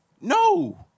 No